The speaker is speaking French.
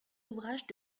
ouvrages